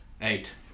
eight